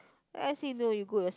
I say no you go yours~